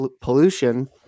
pollution